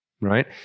right